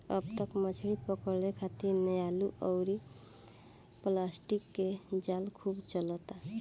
अब त मछली पकड़े खारित नायलुन अउरी प्लास्टिक के जाल खूब चलता